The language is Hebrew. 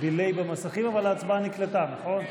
delay במסכים, אבל ההצבעה נקלטה, נכון?